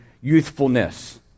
youthfulness